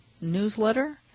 newsletter